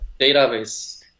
database